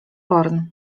porn